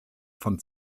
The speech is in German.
von